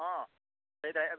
ᱦᱮᱸ ᱞᱟᱹᱭ ᱫᱟᱲᱮᱭᱟᱜᱼᱟ ᱵᱤᱱ